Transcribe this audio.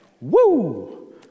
Woo